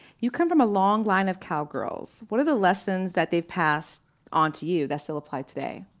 you come from a long line of cowgirls. what are the lessons that they passed on to you that still apply today?